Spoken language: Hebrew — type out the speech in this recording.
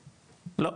לא,